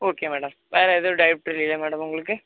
okay madam வேறு எதுவும் doubt இல்லைல்ல மேடம் உங்களுக்கு